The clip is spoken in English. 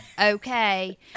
okay